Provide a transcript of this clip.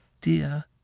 dear